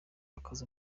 akaze